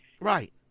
right